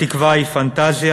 התקווה היא פנטזיה,